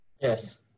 Yes